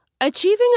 Achieving